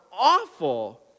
awful